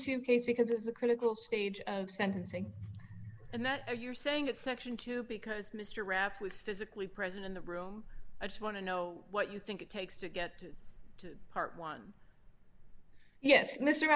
to case because it's a critical stage of sentencing and that you're saying that section two because mr rap's was physically present in the room i just want to know what you think it takes to get to part one yes mr